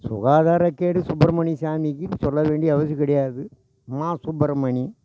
சுகாதார கேடு சுப்பிரமணிய சாமிக்கின்னு சொல்ல வேண்டிய அவசியம் கிடையாது மா சுப்பிரமணி